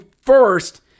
first